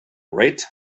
right